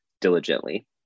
diligently